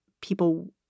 people